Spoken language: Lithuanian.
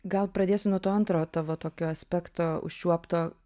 gal pradėsiu nuo to antro tavo tokio aspekto užčiuopto